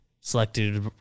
selected